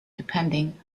depending